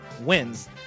wins